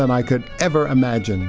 than i could ever imagine